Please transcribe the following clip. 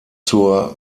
zur